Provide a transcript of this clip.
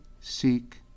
seek